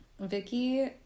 Vicky